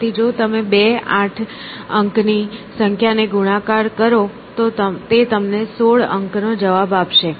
તેથી જો તમે 2 8 અંકની સંખ્યાને ગુણાકાર કરો તો તે તમને 16 અંકનો જવાબ આપશે